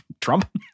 Trump